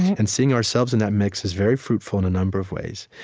and seeing ourselves in that mix is very fruitful in a number of ways,